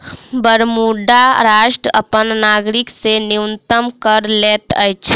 Bermuda राष्ट्र अपन नागरिक से न्यूनतम कर लैत अछि